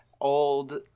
old